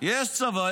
יש צבא,